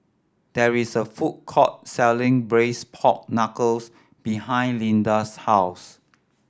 there is a food court selling braised pork knuckles behind Lida's house